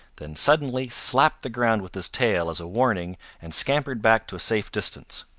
then suddenly slapped the ground with his tail as a warning and scampered back to a safe distance.